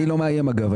אני לא מאיים, אגב.